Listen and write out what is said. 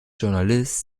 journalist